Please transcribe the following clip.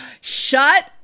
shut